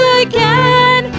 again